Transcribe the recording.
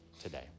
today